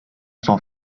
sont